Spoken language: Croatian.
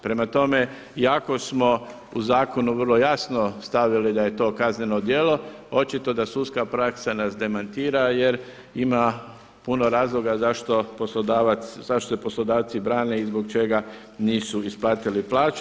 Prema tome, iako smo u zakonu vrlo jasno stavili da je to kazneno djelo, očito da sudska praksa nas demantira jer ima puno razloga zašto poslodavac, zašto je poslodavci brane i zbog čega nisu isplatili plaću.